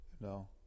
no